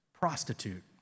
Prostitute